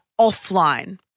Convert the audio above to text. offline